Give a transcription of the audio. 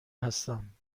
هستم